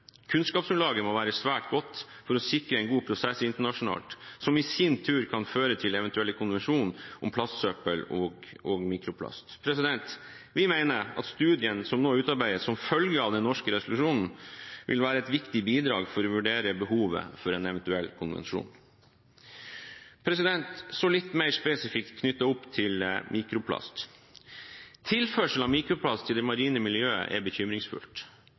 Kunnskapsgrunnlaget må være svært godt for å sikre en god prosess internasjonalt, som i sin tur kan føre til en eventuell konvensjon om plastsøppel og mikroplast. Vi mener at studien som nå utarbeides som følge av den norske resolusjonen, vil være et viktig bidrag til å vurdere behovet for en eventuell konvensjon. Så litt mer spesifikt knyttet opp til mikroplast: Tilførsel av mikroplast til det marine miljøet er bekymringsfullt.